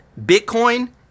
bitcoin